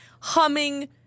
humming